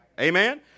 Amen